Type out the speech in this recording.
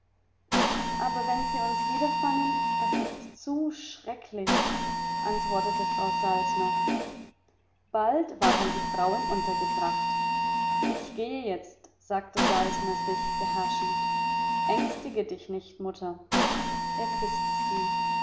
aber wenn sie uns wieder fangen das ist zu schrecklich antwortete frau saltner bald waren die frauen untergebracht ich gehe jetzt sagte saltner sich beherrschend ängstige dich nicht mutter er küßte sie